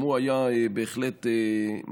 וגם הוא היה בהחלט מדאיג.